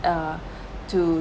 uh to